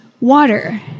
water